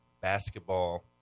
basketball